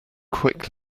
quick